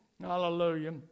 Hallelujah